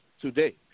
today